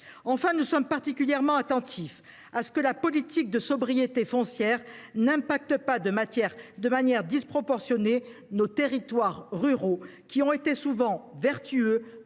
Enfin, nous sommes particulièrement attentifs à ce que la politique de sobriété foncière n’affecte pas de manière disproportionnée nos territoires ruraux, qui ont souvent été vertueux